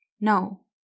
No